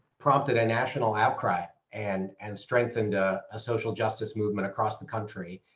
prompted a national outcry and and strengthened a social justice movement across the country.